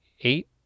eight